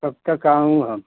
कब तक आऊँ हम